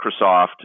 Microsoft